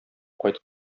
кайтып